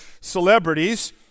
celebrities